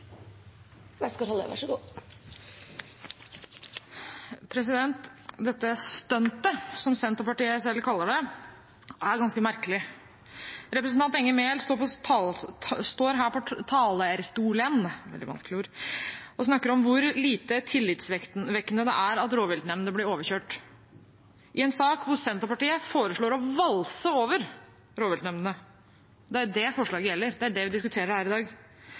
ganske merkelig. Representanten Enger Mehl står her på talerstolen og snakker om hvor lite tillitvekkende det er at rovviltnemndene blir overkjørt, i en sak hvor Senterpartiet foreslår å valse over rovviltnemndene. Det er jo det forslaget gjelder, det er det vi diskuterer her i dag,